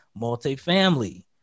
Multifamily